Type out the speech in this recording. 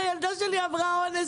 הילדה שלי עברה אונס,